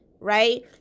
right